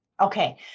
Okay